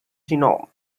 genome